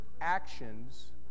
actions